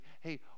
hey